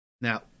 Now